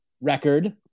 record